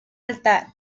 altar